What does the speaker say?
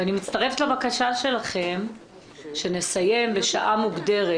ואני מצטרפת לבקשה שלכם שנסיים בשעה מוגדרת.